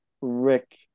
Rick